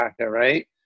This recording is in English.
right